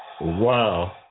Wow